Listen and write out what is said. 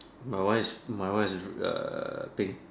my one is my one is err pink